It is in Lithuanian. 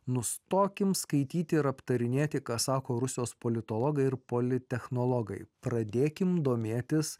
nustokim skaityti ir aptarinėti ką sako rusijos politologai ir politechnologijų pradėkime domėtis